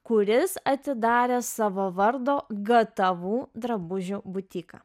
kuris atidarė savo vardo gatavų drabužių butiką